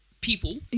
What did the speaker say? people